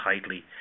tightly